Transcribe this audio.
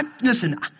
listen